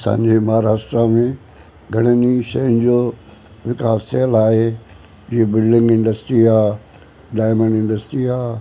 असांजे महाराष्ट्रा में घणनि ई शयुनि जो विकास थियलु आहे इहे बिल्डिंग इंडस्ट्री आहे डायमंड इंडस्ट्री आहे